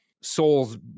souls